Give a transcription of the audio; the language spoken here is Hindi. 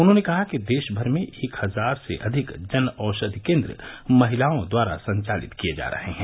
उन्हॉने कहा कि देशभर में एक हजार से अधिक जन औषधि केन्द्र महिलाओं द्वारा संचालित किए जा रहे हैं